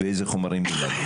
ואילו חומרים יילמדו.